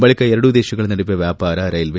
ಬಳಿಕ ಎರಡೂ ದೇಶಗಳ ನಡುವೆ ವ್ಯಾಪಾರ ರೈಲ್ವೆ